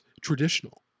traditional